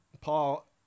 Paul